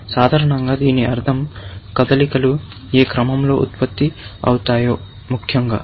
సాధారణంగా దీని అర్థం కదలికలు ఏ క్రమంలో ఉత్పత్తి అవుతాయో ముఖ్యంగా